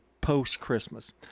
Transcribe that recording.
post-Christmas